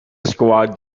squad